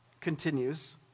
continues